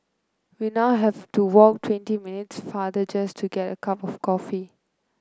we now have to walk twenty minutes farther just to get a cup of coffee